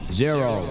zero